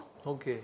Okay